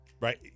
Right